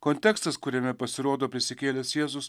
kontekstas kuriame pasirodo prisikėlęs jėzus